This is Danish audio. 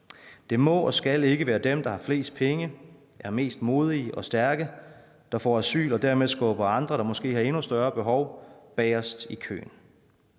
Det må og skal ikke være dem, der har flest penge, er mest modige og stærke, der får asyl og dermed skubber andre, der måske har endnu større behov, bagest i køen.